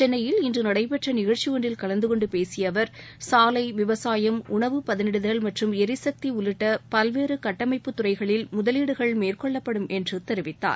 சென்னையில் இன்று நடைபெற்ற நிகழ்ச்சி ஒன்றில் கலந்து கொண்டு பேசிய அவர் சாலை விவசாயம் உணவுப் பதனிடுதல் மற்றும் எரிசக்தி உள்ளிட்ட பல்வேறு கட்டமைப்புத்துறைகளில் முதலீடுகள் மேற்கொள்ளப்படும் என்று தெரிவித்தார்